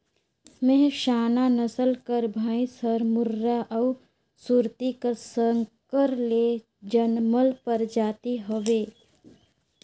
मेहसाना नसल कर भंइस हर मुर्रा अउ सुरती का संकर ले जनमल परजाति हवे